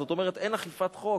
זאת אומרת, אין אכיפת חוק,